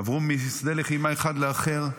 עברו משדה לחימה אחד לאחר.